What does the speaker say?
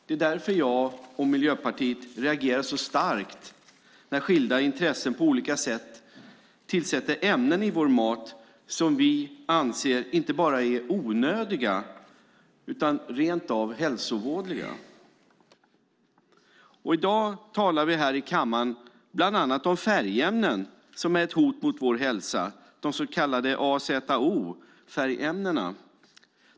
Det är därför jag och Miljöpartiet reagerar så starkt när skilda intressen på olika sätt tillsätter ämnen i vår mat som vi anser är inte bara onödiga utan rent av hälsovådliga. I dag talar vi här i kammaren bland annat om färgämnen som är ett hot mot vår hälsa, de så kallade azofärgämnena.